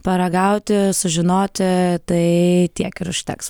paragauti sužinoti tai tiek ir užteks